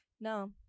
No